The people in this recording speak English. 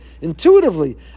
intuitively